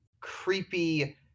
Creepy